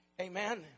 Amen